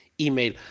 email